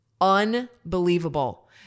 unbelievable